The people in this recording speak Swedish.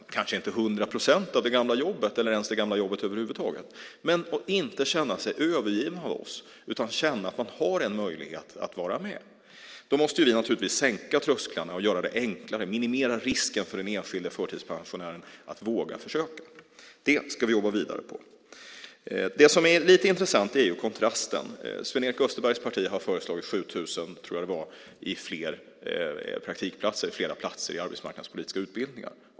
De vill kanske inte vara 100 procent på det gamla jobbet eller på det gamla jobbet över huvud taget. Men de ska inte känna sig övergivna av oss utan känna att de har en möjlighet att vara med. Då måste vi naturligtvis sänka trösklarna och göra det enklare, minimera risken för den enskilde förtidspensionären. Det handlar om att våga försöka. Det ska vi jobba vidare på. Det som är lite intressant är kontrasten. Sven-Erik Österbergs parti har föreslagit 7 000, tror jag att det var, fler praktikplatser, flera platser i arbetsmarknadspolitiska utbildningar.